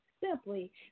simply